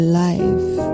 life